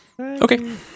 Okay